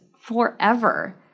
forever